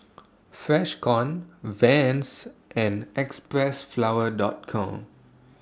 Freshkon Vans and Xpressflower Dot Com